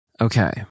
Okay